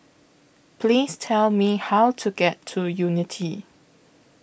Please Tell Me How to get to Unity